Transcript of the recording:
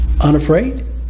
Unafraid